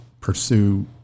pursue